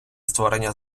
створення